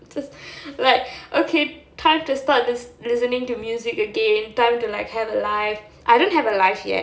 just like okay time to start listening to music again time to like have a life I don't have a life yet